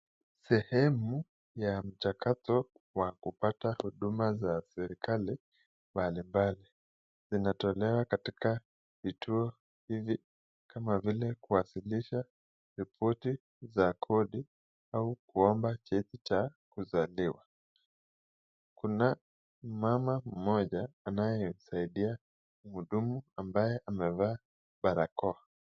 Sehemu ya mchakato wa kupata huduma za serikali mbalimbali, vinatolewa katika vituo hivi kama vile kuwasilisha ripoti za kodi au kuomba cheti cha kuzaliwa. Kuna mama mmoja anayesaidia mhudumu ambaye amevaa barakoa.